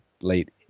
late